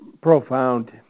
profound